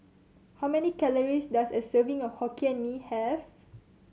how many calories does a serving of Hokkien Mee have